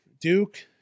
Duke